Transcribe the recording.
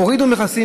הורידו מכסים,